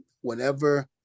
whenever